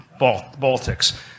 baltics